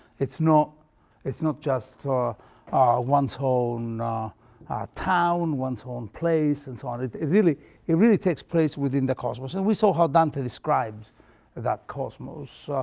it's not it's not just one's own ah town, one's own place and so on, it really it really takes place within the cosmos and we saw how dante describes that cosmos.